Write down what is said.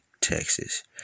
Texas